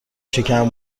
شکم